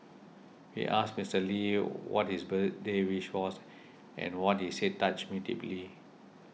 we asked Mister Lee what his birthday wish was and what he said touched me deeply